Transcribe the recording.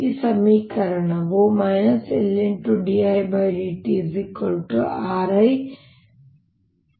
ಈ ಸಮೀಕರಣವು 0 LdIdtRI ಸಮಾನವಾಗಿರುತ್ತದೆ